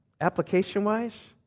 Application-wise